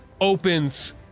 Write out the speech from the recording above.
Opens